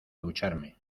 ducharme